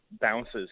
bounces